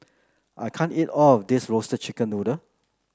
I can't eat all of this Roasted Chicken Noodle